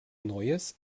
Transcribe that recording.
neues